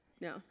No